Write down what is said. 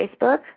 Facebook